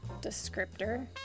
descriptor